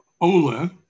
Ola